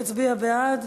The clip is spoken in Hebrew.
יצביע בעד.